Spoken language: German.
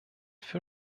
für